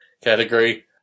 category